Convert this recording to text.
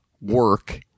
work